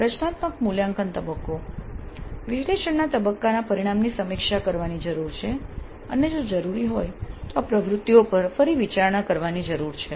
રચનાત્મક મૂલ્યાંકન તબક્કો વિશ્લેષણ તબક્કાના પરિણામની સમીક્ષા કરવાની જરૂર છે અને જો જરૂરી હોય તો આ પ્રવૃત્તિઓ પર ફરી વિચારણા કરવાની જરૂર છે